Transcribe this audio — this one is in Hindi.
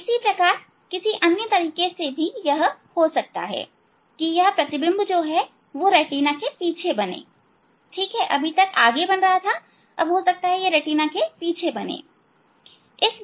इसी प्रकार किसी अन्य तरीके से भी यह हो सकता है यह प्रतिबिंब रेटिना के पीछे बने ठीक है